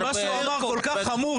כי מה שהוא אמר כל כך חמור,